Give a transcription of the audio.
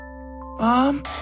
Mom